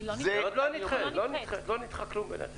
לא נדחה כלום בינתיים.